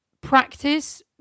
practice